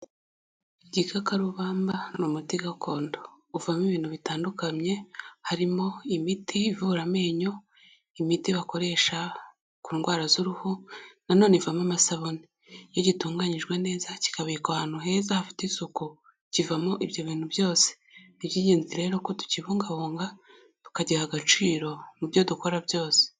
Igikakarubamba n'umuti gakondo uvamo ibintu bitandukanye harimo imiti ivura amenyo, imiti bakoresha kundwara z'uruhu nanone ivamo amasabune. Iyo gitunganyijwe neza kikabikwa ahantu heza hafite isuku kivamo ibyo bintu byose. Ni iby'ingenzi rero ko tukibunga bunga tukagiha agaciro mubyo dukora byose.